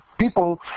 people